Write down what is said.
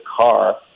car